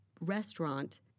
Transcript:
restaurant